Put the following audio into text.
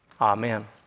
amen